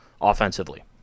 offensively